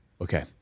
okay